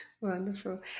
Wonderful